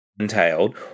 entailed